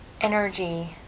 energy